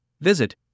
visit